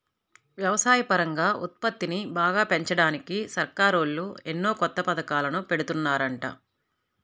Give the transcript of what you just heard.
వ్యవసాయపరంగా ఉత్పత్తిని బాగా పెంచడానికి సర్కారోళ్ళు ఎన్నో కొత్త పథకాలను పెడుతున్నారంట